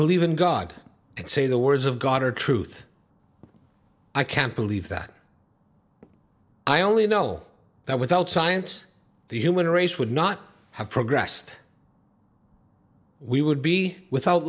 believe in god and say the words of god are truth i can't believe that i only know that without science the human race would not have progressed we would be without